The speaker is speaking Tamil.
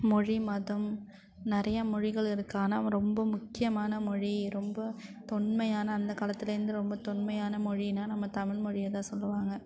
மொழி மதம் நிறையா மொழிகள் இருக்குது ஆனால் ரொம்ப முக்கியமான மொழி ரொம்ப தொன்மையான அந்த காலத்துலேருந்து ரொம்ப தொன்மையான மொழின்னால் நம்ம தமிழ்மொழியைதான் சொல்லுவாங்க